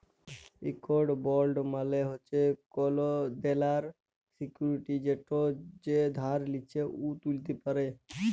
ইকট বল্ড মালে হছে কল দেলার সিক্যুরিটি যেট যে ধার লিছে উ তুলতে পারে